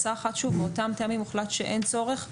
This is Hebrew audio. ובאותן הפעמים הוחלט שאין צורך,